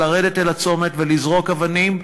לרדת אל הצומת ולזרוק אבנים,